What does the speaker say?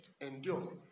endure